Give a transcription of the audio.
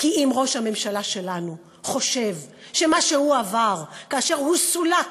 כי אם ראש הממשלה שלנו חושב שמה שהוא עבר כאשר הוא סולק,